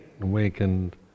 awakened